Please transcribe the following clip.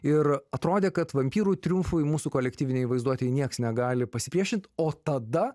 ir atrodė kad vampyrų triumfui mūsų kolektyvinėj vaizduotėj nieks negali pasipriešint o tada